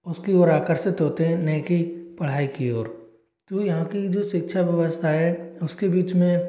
उसकी ओर आकर्षित होते हैं नहीं कि पढ़ाई की ओर तो यहाँ कि जो शिक्षा व्यवस्था है उसके बीच में